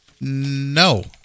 no